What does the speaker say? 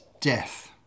death